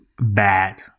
bad